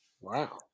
Wow